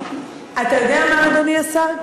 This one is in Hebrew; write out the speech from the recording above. אתה יודע מה, אדוני השר?